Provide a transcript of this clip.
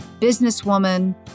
businesswoman